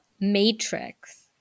matrix